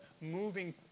moving